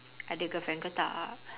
ada girlfriend ke tak